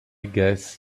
guess